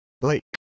Blake